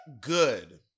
good